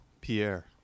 pierre